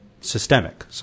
systemic